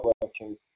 working